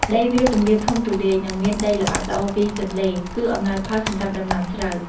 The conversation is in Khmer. ដីវាលទំនាបធំទូលាយ និងមានដីល្បាប់ល្អពីទន្លេ គឺអំណោយផលសម្រាប់ដំណាំស្រូវ។